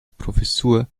professur